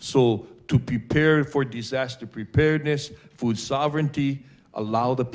so to prepare for disaster preparedness food sovereignty allow the